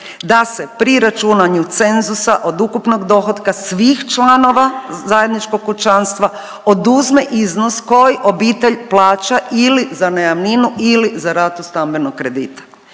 da se pri računanju cenzusa od ukupnog dohotka svih članova zajedničkog kućanstva oduzme iznos koji obitelj plaća ili za najamninu ili za ratu stambenog kredita.